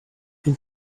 been